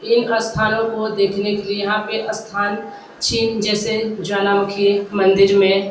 इन स्थानों को देखने के लिए यहाँ पे स्थान चिन्ह जैसे ज्वालामुखी मंदिर में